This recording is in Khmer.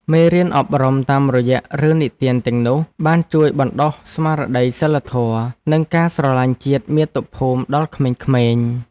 មេរៀនអប់រំតាមរយៈរឿងនិទានទាំងនោះ បានជួយបណ្ដុះស្មារតីសីលធម៌ និងការស្រឡាញ់ជាតិមាតុភូមិដល់ក្មេងៗ។